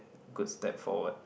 good step forward